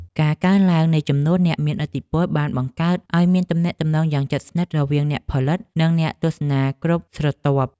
ការកើនឡើងនៃចំនួនអ្នកមានឥទ្ធិពលបានបង្កើតឱ្យមានទំនាក់ទំនងយ៉ាងជិតស្និទ្ធរវាងអ្នកផលិត និងអ្នកទស្សនាគ្រប់ស្រទាប់។